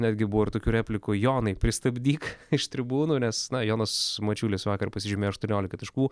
netgi buvo ir tokių replikų jonai pristabdyk iš tribūnų nes na jonas mačiulis vakar pasižymėjo aštuoniolika taškų